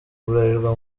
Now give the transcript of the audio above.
bralirwa